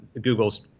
Google's